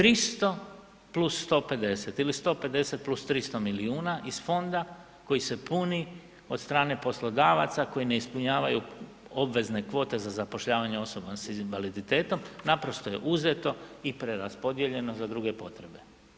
300 plus 150 ili 150 plus 300 milijuna iz fonda koji se puni od strane poslodavaca koji ne ispunjavaju obvezne kvote za zapošljavanje osoba sa invaliditetom, naprosto je uzeto i preraspodijeljeno za druge potrebe.